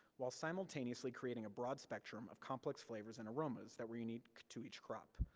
while simultaneously creating a broad spectrum of complex flavors and aromas that were unique to each crop,